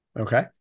Okay